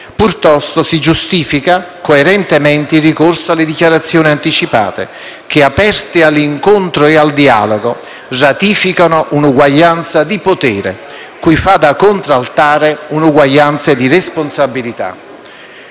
Piuttosto si giustifica coerentemente il ricorso alle dichiarazioni anticipate che, aperte all'incontro e al dialogo, ratificano un'uguaglianza di potere, cui fa da contraltare un'uguaglianza di responsabilità.